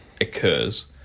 occurs